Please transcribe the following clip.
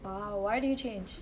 !wow! why do you change